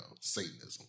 Satanism